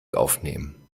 aufnehmen